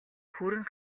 хүрэн